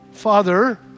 father